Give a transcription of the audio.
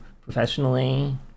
professionally